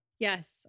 Yes